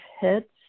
hits